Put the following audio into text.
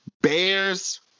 Bears